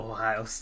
Ohio